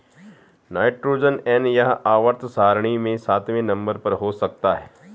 nitrogen N यह आवर्त सारणी में सातवें नंबर पर हो सकता है